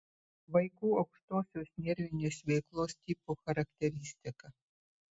vaikų aukštosios nervinės veiklos tipų charakteristika